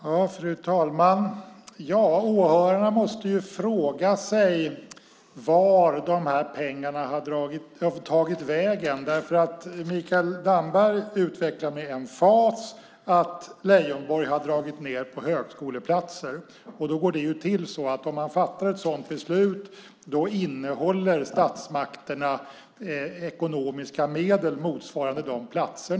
Fru talman! Åhörarna måste fråga sig vart pengarna tagit vägen eftersom Mikael Damberg med emfas uttrycker att Leijonborg dragit ned på antalet högskoleplatser. Det går ju till så att om man fattar ett sådant beslut håller statsmakterna inne ekonomiska medel motsvarande antalet platser.